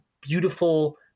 beautiful